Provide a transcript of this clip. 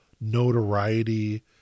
notoriety